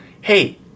hey